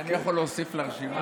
אני יכול להוסיף לרשימה הזאת עוד,